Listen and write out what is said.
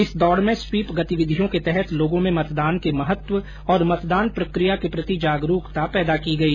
इस दौड़ में स्वीप गतिविधियों के तहत लोगों में मतदान के महत्व और मतदान प्रक्रिया के प्रति जागरूकता पैदा की गई